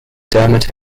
dermot